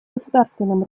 государственном